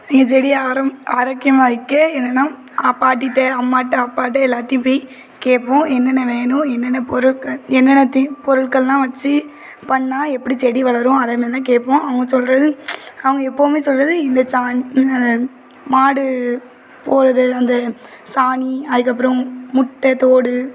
எங்கள் செடியை ஆரம் ஆரோக்கியமாக இருக்கே என்னென்னா பாட்டிகிட்ட அம்மாகிட்ட அப்பாகிட்ட எல்லாத்தையும் போய் கேட்போம் என்னென்ன வேணும் என்னென்ன பொருட்கள் என்னென்ன தி பொருட்கள்லாம் வச்சு பண்ணால் எப்படி செடி வளரும் அதே மாரி தான் கேட்போம் அவங்க சொல்கிறது அவங்க எப்போதுமே சொல்கிறது இந்த சாண் மாடு போடுறது அந்த சாணி அதுக்கப்புறம் முட்டை தோடு